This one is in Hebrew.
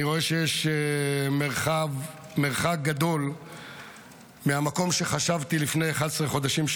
אני רואה שיש מרחק גדול מהמקום שחשבתי שנימצא בו לפני 11 חודשים.